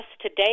today